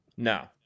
No